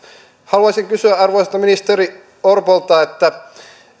haluaisin kysyä arvoisalta ministeri orpolta